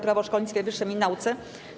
Prawo o szkolnictwie wyższym i nauce.